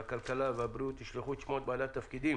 הכלכלה והבריאות ישלחו את שמות בעלי התפקידים